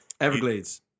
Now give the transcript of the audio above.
Everglades